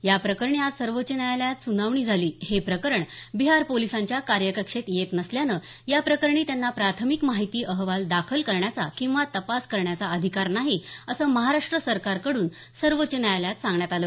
या प्रकरणी आज सर्वोच्च न्यायालयात सुनावणी झाली हे प्रकरण बिहार पोलिसांच्या कार्यकक्षेत येत नसल्यानं या प्रकरणी त्यांना प्राथमिक माहिती अहवाल दाखल करण्याचा किंवा तपास करण्याचा अधिकार नाही असं महाराष्ट्र सरकारकडून सर्वोच्च न्यायालयात सांगण्यात आलं